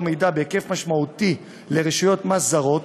מידע בהיקף משמעותי לרשויות מס זרות,